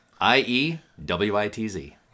I-E-W-I-T-Z